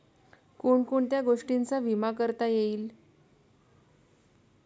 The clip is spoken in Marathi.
कोण कोणत्या गोष्टींचा विमा करता येईल?